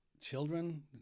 children